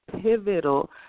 pivotal